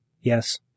Yes